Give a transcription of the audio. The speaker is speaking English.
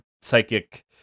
psychic